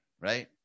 right